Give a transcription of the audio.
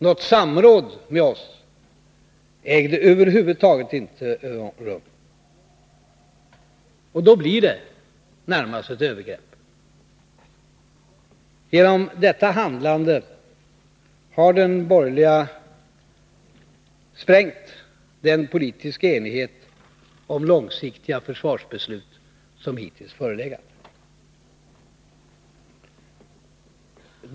Något samråd med oss ägde över huvud taget inte rum. Då blir det närmast fråga om ett övergrepp. Genom detta handlande har den borgerliga majoriteten sprängt den politiska enighet om långsiktiga försvarsbeslut som hittills förelegat.